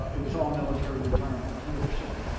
it was all military retirement, a hundred percent,